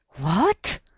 What